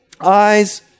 Eyes